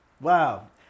Wow